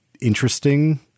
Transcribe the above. interesting